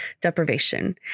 deprivation